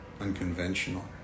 unconventional